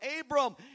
Abram